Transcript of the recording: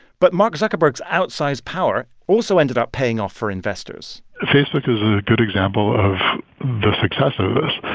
but mark zuckerberg's outsized power also ended up paying off for investors facebook is a good example of the success of this.